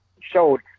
showed